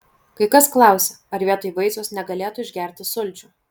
kai kas klausia ar vietoj vaisiaus negalėtų išgerti sulčių